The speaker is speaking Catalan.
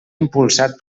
impulsat